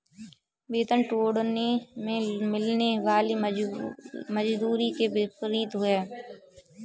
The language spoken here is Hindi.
वेतन टुकड़ों में मिलने वाली मजदूरी के विपरीत है